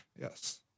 yes